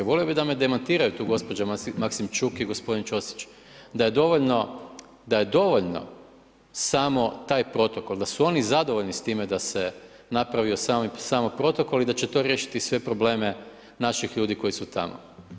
Volio bih da me demantiraju tu gospođa Maksimčuk i gospodin Ćosić, da je dovoljno samo taj protokol, da su oni zadovoljni s time da se napravio samo protokol i da će to riješiti sve probleme naših ljudi koji su tamo.